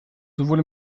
sowohl